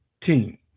team